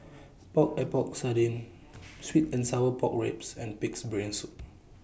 Epok Epok Sardin Sweet and Sour Pork Ribs and Pig'S Brain Soup